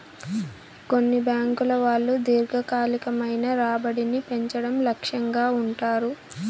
కొన్ని బ్యాంకుల వాళ్ళు దీర్ఘకాలికమైన రాబడిని పెంచడం లక్ష్యంగా ఉంటారు